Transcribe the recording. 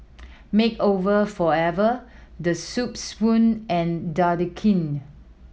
Makeover Forever The Soup Spoon and Dequadin